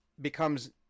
becomes